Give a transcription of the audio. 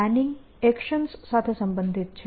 planning actions સાથે સંબંધિત છે